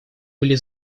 были